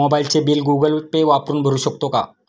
मोबाइलचे bill Google Pay वापरून भरू शकतो का?